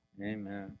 amen